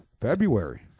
February